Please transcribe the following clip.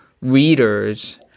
readers